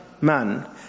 man